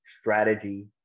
strategy